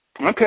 Okay